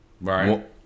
right